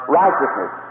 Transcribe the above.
righteousness